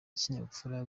kinyafurika